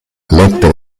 lettere